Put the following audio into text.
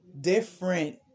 different